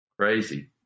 crazy